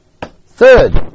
third